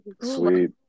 Sweet